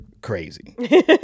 crazy